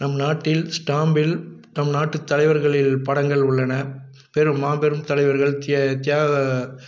நம் நாட்டில் ஸ்டாம்பில் நம் நாட்டு தலைவர்களின் படங்கள் உள்ளன பெரும் மாபெரும் தலைவர்கள் திய தியாக